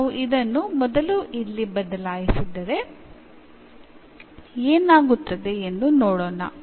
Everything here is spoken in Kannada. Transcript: ಈಗ ನಾವು ಇದನ್ನು ಮೊದಲು ಇಲ್ಲಿ ಬದಲಿಸಿದರೆ ಏನಾಗುತ್ತದೆ ಎಂದು ನೋಡೋಣ